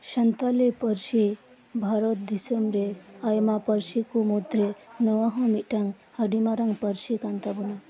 ᱥᱟᱱᱛᱟᱞᱤ ᱯᱟᱨᱥᱤ ᱵᱷᱟᱨᱚᱛ ᱫᱤᱥᱚᱢ ᱨᱮ ᱟᱭᱢᱟ ᱯᱟᱹᱨᱥᱤ ᱠᱚ ᱢᱩᱫᱽᱨᱮ ᱱᱚᱶᱟ ᱦᱚᱸ ᱢᱤᱫ ᱴᱟᱝ ᱟᱰᱤ ᱢᱟᱨᱟᱝ ᱯᱟᱨᱥᱤ ᱠᱟᱱ ᱛᱟᱵᱚᱱᱟ